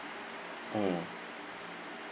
mm